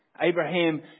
Abraham